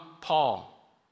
Paul